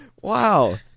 wow